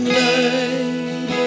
light